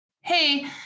hey